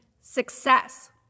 success